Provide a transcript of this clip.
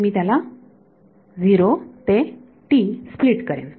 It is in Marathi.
त्यामुळे मी त्याला 0 ते t स्प्लिट करेन